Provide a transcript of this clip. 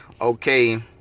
Okay